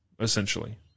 essentially